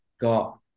Got